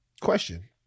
question